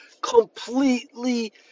completely